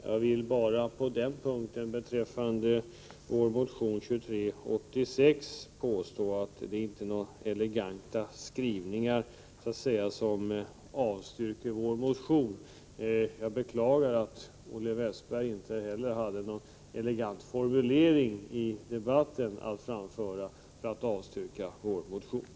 Jag vill på den punkten bara påstå att det inte är med några eleganta skrivningar som utskottet avstyrker motion 2386. Jag beklagar att Olle Westberg inte heller hade någon elegant formulering att anföra i debatten som motivering för att avstyrka motionen.